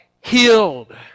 healed